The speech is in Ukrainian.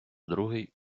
другий